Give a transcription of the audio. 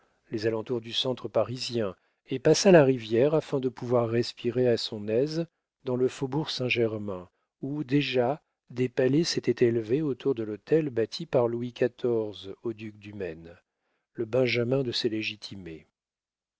les alentours du centre parisien et passa la rivière afin de pouvoir respirer à son aise dans le faubourg saint-germain où déjà des palais s'étaient élevés autour de l'hôtel bâti par louis xiv au duc du maine le benjamin de ses